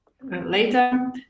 later